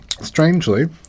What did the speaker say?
Strangely